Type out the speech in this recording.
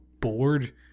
bored